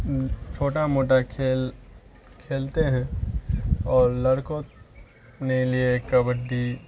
چھوٹا موٹا کھیل کھیلتے ہیں اور لڑکوں نے لیے کبڈی